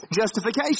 justification